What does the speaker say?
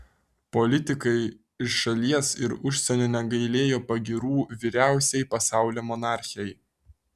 politikai iš šalies ir užsienio negailėjo pagyrų vyriausiai pasaulio monarchei